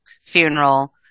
funeral